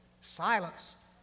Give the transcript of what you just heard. silence